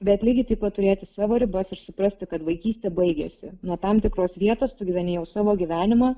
bet lygiai taip pat turėti savo ribas ir suprasti kad vaikystė baigėsi nuo tam tikros vietos tu gyveni jau savo gyvenimą